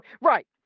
Right